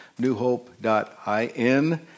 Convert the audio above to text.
newhope.in